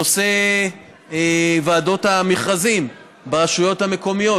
נושא ועדות המכרזים ברשויות המקומיות.